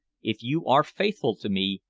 if you are faithful to me,